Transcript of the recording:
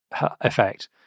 effect